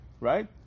right